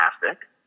fantastic